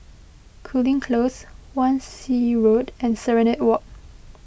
Cooling Close Wan Shih Road and Serenade Walk